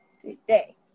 today